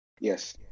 Yes